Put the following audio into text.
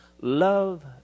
love